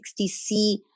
60C